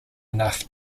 enough